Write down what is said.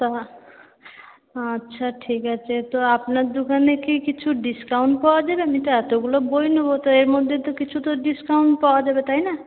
তো আচ্ছা ঠিক আছে তো আপনার দোকানে কি কিছু ডিসকাউন্ট পাওয়া যাবে আমি তো এতগুলো বই নেবো তো এরমধ্যে তো কিছুতো ডিসকাউন্ট পাওয়া যাবে তাই না